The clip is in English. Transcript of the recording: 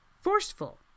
forceful